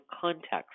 context